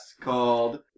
called